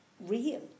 real